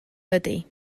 ydy